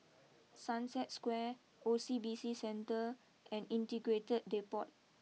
Sunset Square O C B C Centre and Integrated Depot